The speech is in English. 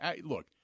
Look